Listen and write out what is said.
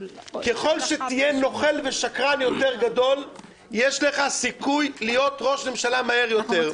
ככל שתהיה נוכל ושקרן יותר גדול יש לך סיכוי להיות ראש ממשלה מהר יותר.